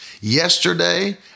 Yesterday